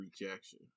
rejection